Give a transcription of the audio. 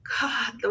God